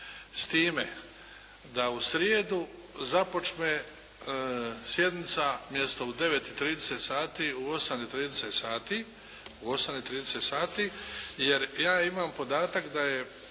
s time da u srijedu započne sjednica umjesto u 9,30 sati u 8,30 sati, jer ja imam podatak da je